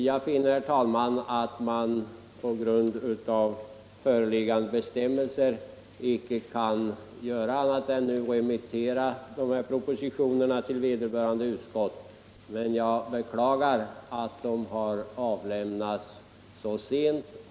Jag finner, herr talman, att man på grund av föreliggande bestämmelser icke kan göra annat än att nu remittera propositionerna till vederbörande Nr 80 utskott. Jag beklagar dock att de har avlämnats så sent.